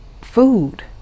food